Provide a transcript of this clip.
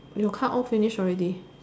you card all finish already